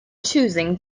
choosing